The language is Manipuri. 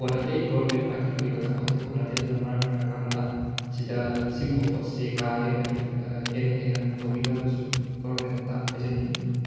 ꯀꯣꯟꯅꯗꯦ ꯒꯣꯔꯃꯦꯟꯅ ꯄꯥꯏꯈꯠꯂꯛꯂꯤꯕ ꯊꯕꯛ ꯑꯁꯤ ꯀꯣꯟꯅꯗꯦ ꯑꯗꯨꯅ ꯃꯔꯝ ꯑꯣꯏꯔꯀꯥꯟꯗ ꯑꯁꯤꯗ ꯑꯁꯤꯒꯨꯝꯕ ꯄꯣꯠꯁꯦ ꯀꯥ ꯍꯦꯟꯅ ꯏꯐ ꯍꯦꯟꯅ ꯍꯦꯟꯅ ꯇꯧꯕꯤꯅꯕꯁꯨ ꯒꯣꯔꯃꯦꯟꯠꯇ ꯍꯥꯏꯖꯅꯤꯡꯏ